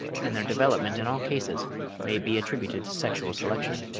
and their development in all cases may be attributed to sexual selection.